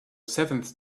seventh